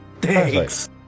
Thanks